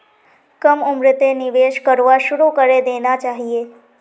कम उम्रतें निवेश करवा शुरू करे देना चहिए